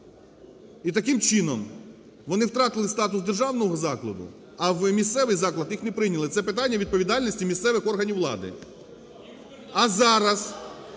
І таким чином вони втратили статус державного закладу, а в місцевий заклад їх не прийняли. Це питання відповідальності місцевих органів влади. А зараз,